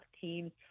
teams